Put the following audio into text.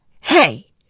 hey